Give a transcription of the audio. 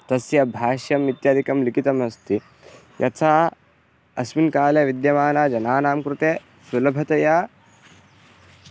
तस्य भाष्यम् इत्यादिकं लिखितमस्ति यथा अस्मिन् काले विद्यमानजनानां कृते सुलभतया